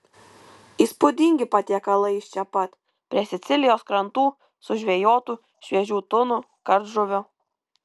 įspūdingi patiekalai iš čia pat prie sicilijos krantų sužvejotų šviežių tunų kardžuvių